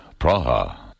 Praha